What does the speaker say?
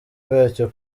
bwacyo